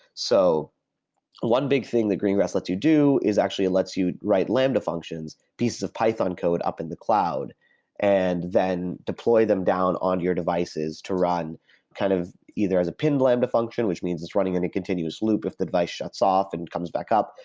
so one big thing that greengrass lets you do is actually it lets you write lambda functions, pieces of python code up in the cloud and then deploy them down on your devices to run kind of either as a pined lambda function, which means it's running in a continuous loop if the device shuts off and comes back up.